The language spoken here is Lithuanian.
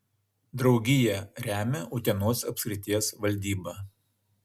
draugiją remia utenos apskrities valdyba